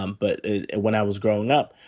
um but when i was growing up,